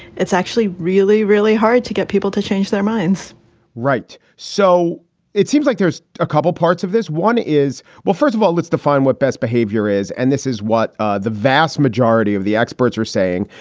it's actually really, really hard to get people to change their minds right. so it seems like there's a couple parts of this. one is. well, first of all, let's define what best behavior is. and this is what the vast majority of the experts are saying,